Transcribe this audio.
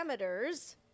parameters